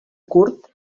kurd